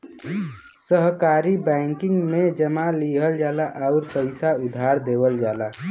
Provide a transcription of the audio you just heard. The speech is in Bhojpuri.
सहकारी बैंकिंग में जमा लिहल जाला आउर पइसा उधार देवल जाला